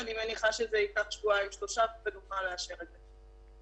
ואני מניחה שזה ייקח שבועיים-שלושה ונוכל לאשר את זה.